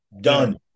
done